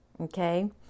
Okay